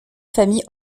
famille